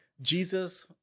Jesus